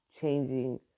changing